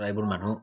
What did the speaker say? প্ৰায়বোৰ মানুহ